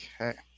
Okay